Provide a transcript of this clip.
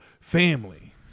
family